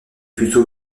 plutôt